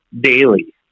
daily